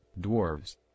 dwarves